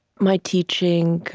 my teaching,